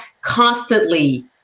constantly